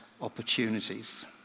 opportunities